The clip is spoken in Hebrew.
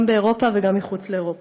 גם באירופה וגם מחוץ לאירופה.